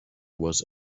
was